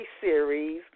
series